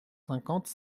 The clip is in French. cinquante